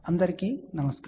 అందరికీ నమస్కారం